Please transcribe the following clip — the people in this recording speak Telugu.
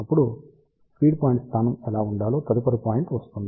అప్పుడు ఫీడ్ పాయింట్ స్థానం ఎలా ఉండాలో తదుపరి పాయింట్ వస్తుంది